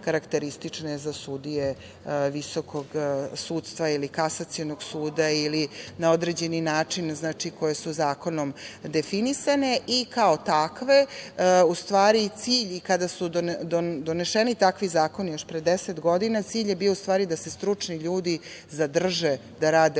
karakteristične za sudije Visokog sudstva ili Kasacionog suda ili na određeni način koje su zakonom definisane. Kada su doneseni takvi zakoni još pre deset godina, cilj je bio u stvari da se stručni ljudi zadrže da rade